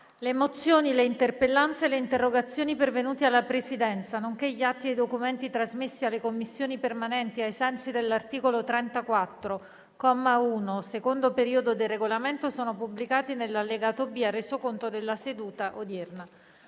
Le mozioni, le interpellanze e le interrogazioni pervenute alla Presidenza, nonché gli atti e i documenti trasmessi alle Commissioni permanenti ai sensi dell'articolo 34, comma 1, secondo periodo, del Regolamento sono pubblicati nell'allegato B al Resoconto della seduta odierna.